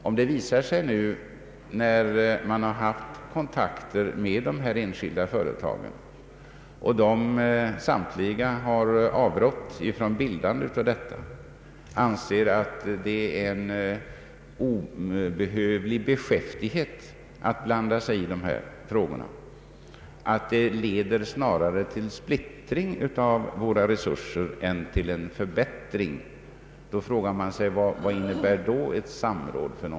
Om det visar sig, när man har haft kontakter med dessa enskilda företag, att de samtliga har avrått från bildande av detta bolag och anser att det är en obehövlig beskäftighet att blanda sig i dessa frågor, att detta snarare leder till splittring av våra resurser än till en förbättring, vad innebär då ett samråd?